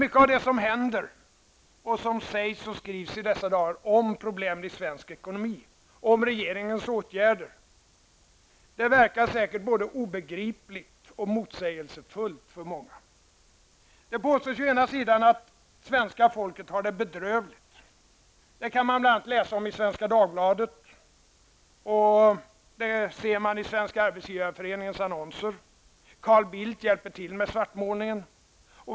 Mycket av det som händer, sägs och skrivs i dessa dagar om problemen i svensk ekonomi och om regeringens åtgärder verkar säkert både obegripligt och motsägelsefullt för många. Det påstås å ena sidan att svenska folket har det bedrövligt. Det kan man bl.a. läsa i Svenska Dagbladet. Det ser man i Carl Bildt hjälper till med svartmålningen.